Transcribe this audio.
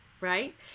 Right